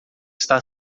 está